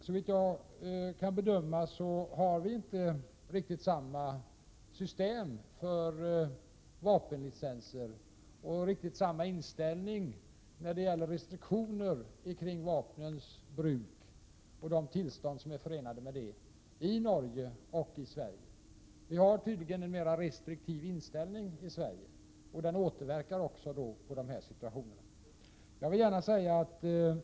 Såvitt jag kan bedöma har vi inte riktigt samma system för vapenlicenser och samma inställning när det gäller restriktioner kring vapnens bruk, och de tillstånd som är förenade med detta, i Sverige som man har i Norge. Vi har tydligen en mer restriktiv inställning i Sverige, och den återverkar också på dessa situationer.